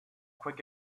quick